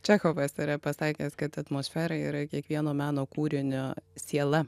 čechovas yra pasakęs kad atmosfera yra kiekvieno meno kūrinio siela